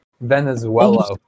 Venezuela